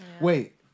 Wait